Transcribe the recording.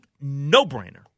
no-brainer